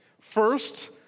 First